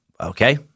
Okay